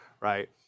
right